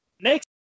Next